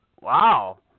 Wow